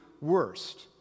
worst